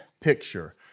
picture